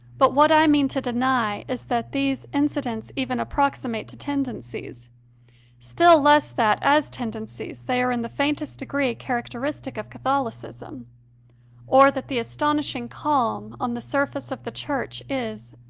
but what i mean to deny is that these incidents even approximate to tendencies still less that, as tendencies, they are in the faintest degree characteristic of catholicism or that the astonishing calm on the surface of the church is,